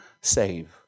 save